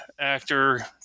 actor